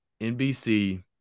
NBC